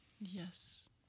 Yes